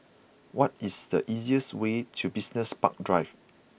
what is the easiest way to Business Park Drive